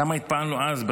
כמה התפעלנו אז,